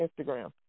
Instagram